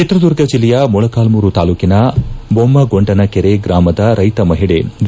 ಚಿತ್ರದುರ್ಗ ಜಿಲ್ಲೆಯ ಮೊಳಕಾಲ್ಕೂರು ತಾಲೂಕನ ಮೊಮ್ಮಗೊಂಡನಕೆರೆ ಗ್ರಾಮದ ರೈತ ಮಹಿಳೆ ವಿ